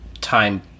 time